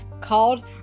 called